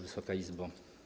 Wysoka Izbo!